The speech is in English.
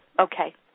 okay